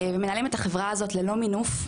ומנהלים את החברה הזאת ללא מינוף,